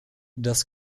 das